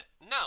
No